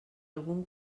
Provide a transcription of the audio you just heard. algun